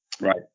Right